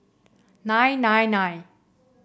nine nine nine